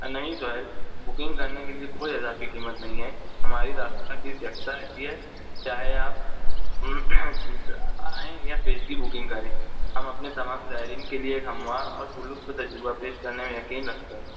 نہیں سہیل بکنگ کرنے کے لیے کوئی اضافی قیمت نہیں ہے ہماری رابطہ فیس یکساں رہتی ہے چاہے آپ آئیں یا پیشگی بکنگ کریں ہم اپنے تمام زائرین کے لیے ایک ہموار اور پرلطف تجربہ پیش کرنے میں یقین رکھتے ہیں